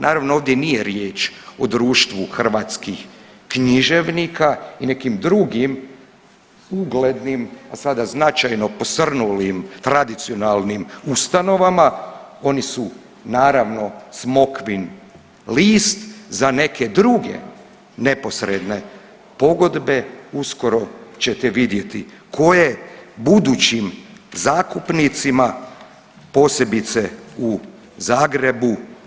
Naravno ovdje nije riječ o Društvu hrvatskih književnika i nekim drugim uglednim, a sada značajno posrnulim tradicionalnim ustanovama, oni su naravno smokvin list za neke druge neposredne pogodbe uskoro ćete vidjeti koje budućim zakupcima, posebice u Zagrebu.